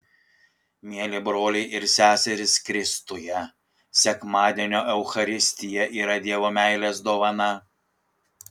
mieli broliai ir seserys kristuje sekmadienio eucharistija yra dievo meilės dovana